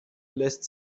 lässt